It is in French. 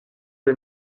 des